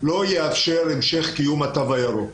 לא יאפשר את המשך קיום התו הירוק.